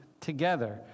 together